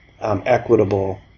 equitable